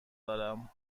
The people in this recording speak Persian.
دارم